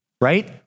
right